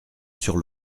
sur